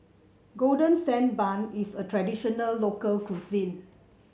Golden Sand Bun is a traditional local cuisine